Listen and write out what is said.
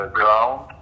ground